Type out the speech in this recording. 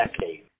decade